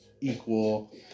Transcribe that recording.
equal